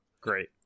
Great